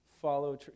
follow